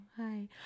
hi